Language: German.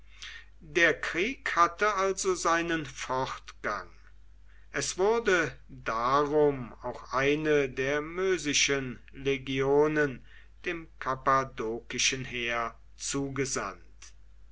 der krieg hatte also seinen fortgang es wurde darum auch eine der mösischen legionen dem kappadokischen heer zugesandt